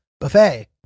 buffet